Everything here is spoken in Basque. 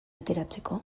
ateratzeko